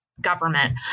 government